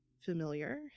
familiar